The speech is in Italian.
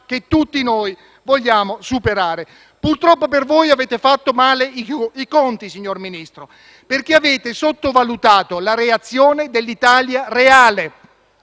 che tutti vogliamo superare. Purtroppo per voi avete fatto male i conti, signor Ministro, perché avete sottovalutato la reazione dell'Italia reale,